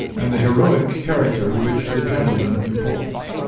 and the heroic character which the gentleman imports.